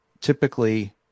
typically –